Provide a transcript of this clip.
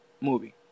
movie